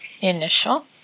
initial